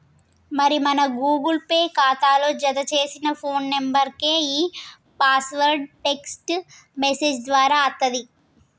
మరి మన Google Pay ఖాతాలో జతచేసిన ఫోన్ నెంబర్కే ఈ పాస్వర్డ్ టెక్స్ట్ మెసేజ్ దారా అత్తది